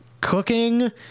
cooking